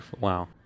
Wow